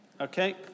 okay